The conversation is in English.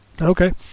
Okay